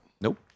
Nope